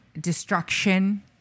destruction